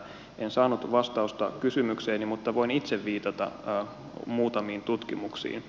en saanut vastausta kysymykseeni mutta voin itse viitata muutamiin tutkimuksiin